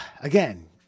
again